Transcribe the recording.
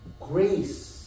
Grace